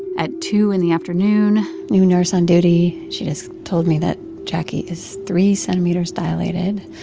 at two in the afternoon. new nurse on duty she has told me that jacquie is three centimeters dilated,